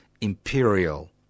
imperial